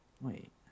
wait